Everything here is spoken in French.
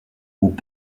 groupe